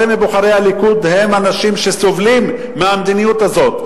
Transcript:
הרבה מבוחרי הליכוד הם אנשים שסובלים מהמדיניות הזאת,